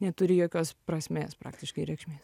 neturi jokios prasmės praktiškai reikšmės